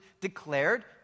declared